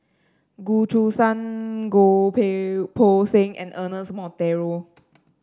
Goh Choo San Goh Poh Seng and Ernest Monteiro